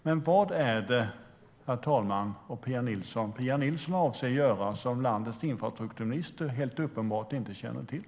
Men vad är det, herr talman och Pia Nilsson, som Pia Nilsson avser att göra som landets infrastrukturminister helt uppenbart inte känner till?